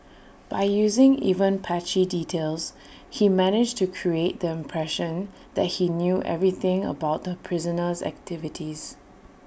by using even patchy details he managed to create the impression that he knew everything about the prisoner's activities